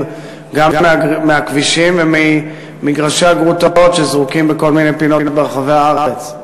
גם מהכבישים וממגרשי הגרוטאות שזרוקים בכל מיני פינות ברחבי הארץ?